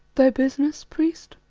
thy business, priest?